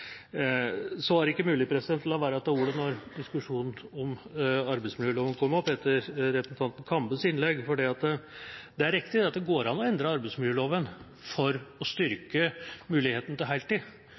Det var ikke mulig å la være å ta ordet, siden diskusjonen om arbeidsmiljøloven kom opp, etter representanten Kambes innlegg. Det er riktig at det går an å endre arbeidsmiljøloven for å styrke muligheten til